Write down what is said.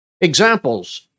Examples